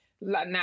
Now